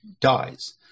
dies